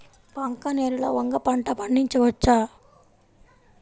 బంక నేలలో వంగ పంట పండించవచ్చా?